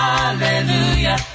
Hallelujah